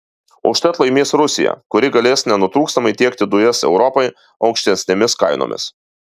užtat laimės rusija kuri galės nenutrūkstamai tiekti dujas europai aukštesnėmis kainomis